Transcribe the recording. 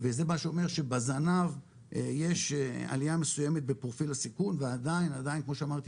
וזה מה שאומר שבזנב יש עליה מסויימת בפרופיל הסיכון ועדיין כמו שאמרתי